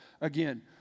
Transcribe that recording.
Again